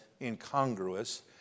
incongruous